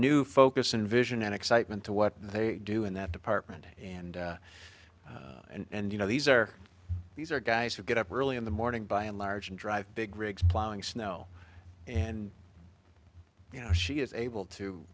new focus and vision and excitement to what they do in that department and and you know these are these are guys who get up early in the morning by and large and drive big rigs plowing snow and you know she is able to